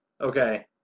Okay